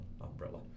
umbrella